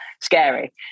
scary